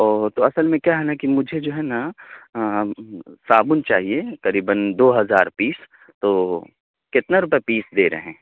ا تو اصل میں کیا ہے نا کہ مجھے جو ہے نا صابن چاہیے قریباً دو ہزار پیس تو کتنا روپے پیس دے رہے ہیں